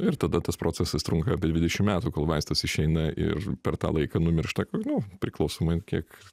ir tada tas procesas trunka apie dvidešimt metų kol vaistas išeina ir per tą laiką numiršta nu priklausomai kiek